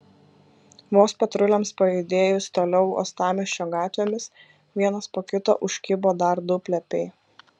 vos patruliams pajudėjus toliau uostamiesčio gatvėmis vienas po kito užkibo dar du plepiai